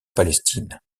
palestine